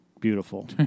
beautiful